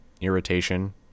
Irritation